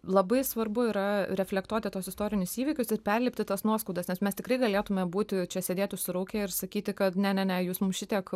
labai svarbu yra reflektuoti tuos istorinius įvykius ir perlipti tas nuoskaudas nes mes tikrai galėtume būti čia sėdėt užsiraukę ir sakyti kad ne ne jūs mum šitiek